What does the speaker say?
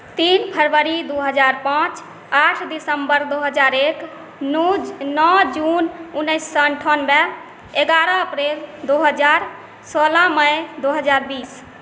तीन फरवरी दू हजार पाँच आठ दिसम्बर दू हजार एक नओ जून उन्नैस सए अन्ठानबे एगारह अप्रिल दू हजार सोलह मइ दू हजार बीस